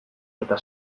eta